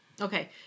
Okay